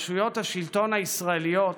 רשויות השלטון הישראליות,